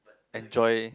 enjoy